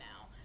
now